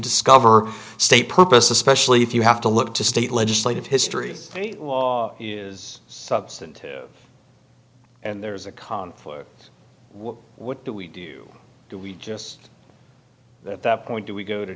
discover state purpose especially if you have to look to state legislative history is substantive and there's a cause for what do we do we just at that point do we go to